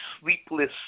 sleepless